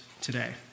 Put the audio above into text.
today